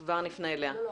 בסדר.